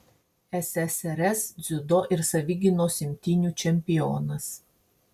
ssrs dziudo ir savigynos imtynių čempionas